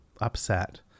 upset